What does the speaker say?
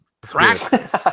Practice